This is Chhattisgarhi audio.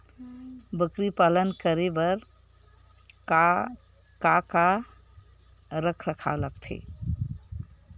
बकरी पालन करे बर काका रख रखाव लगथे?